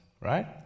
Right